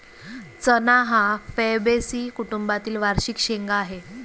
चणा हा फैबेसी कुटुंबातील वार्षिक शेंगा आहे